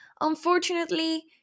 Unfortunately